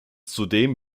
zudem